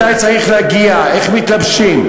מתי צריך להגיע, איך מתלבשים.